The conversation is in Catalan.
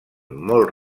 molt